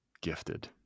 gifted